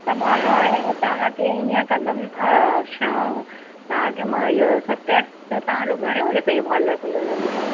त मां तव्हांखे इअं कंदमि न शाम तव्हांखे मां इअं सत अठे तव्हांजो घणे बजे ताईं पार्लर खुलियो रहंदो अथव